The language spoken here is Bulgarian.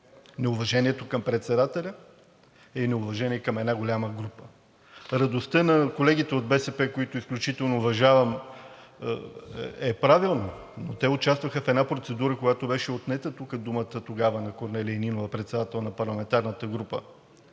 Неуважението към председателя е неуважение към една голяма група. Радостта на колегите от БСП, които изключително уважавам, е правилна, но те участваха в една процедура, когато беше отнета тук думата, тогава на Корнелия Нинова – председател на парламентарната група.